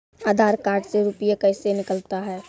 आधार कार्ड से रुपये कैसे निकलता हैं?